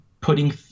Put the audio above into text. putting